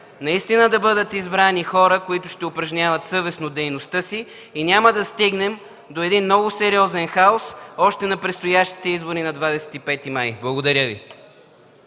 наистина да бъдат избрани хора, които ще упражняват съвестно дейността си и няма да стигнем до един много сериозен хаос още на предстоящите избори на 25 май. Благодаря Ви.